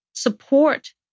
Support